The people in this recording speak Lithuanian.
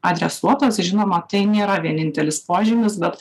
adresuotas žinoma tai nėra vienintelis požymis bet